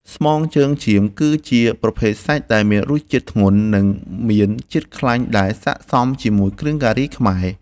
ស្មងជើងចៀមគឺជាប្រភេទសាច់ដែលមានរសជាតិធ្ងន់និងមានជាតិខ្លាញ់ដែលស័ក្តិសមជាមួយគ្រឿងការីខ្មែរ។